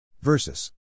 versus